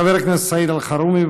חבר הכנסת סעיד אלחרומי,